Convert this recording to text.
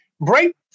Break